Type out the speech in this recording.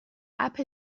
اَپ